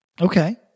Okay